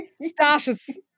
status